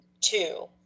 two